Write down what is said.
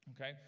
Okay